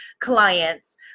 clients